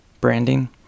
branding